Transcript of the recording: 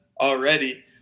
already